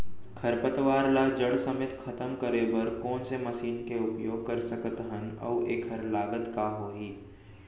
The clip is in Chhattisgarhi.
खरपतवार ला जड़ समेत खतम करे बर कोन से मशीन के उपयोग कर सकत हन अऊ एखर लागत का होही?